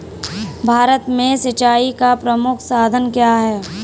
भारत में सिंचाई का प्रमुख साधन क्या है?